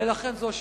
ולכן זו שאלתי.